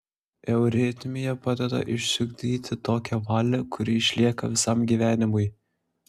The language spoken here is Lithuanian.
euritmija padeda išsiugdyti tokią valią kuri išlieka visam gyvenimui